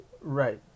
Right